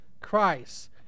Christ